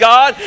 God